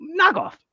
knockoff